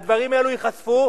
הדברים האלה ייחשפו,